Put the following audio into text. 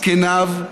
זקניו.